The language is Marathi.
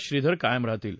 श्रीधर कायम राहतील